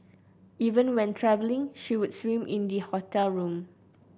even when travelling she would swim in the hotel room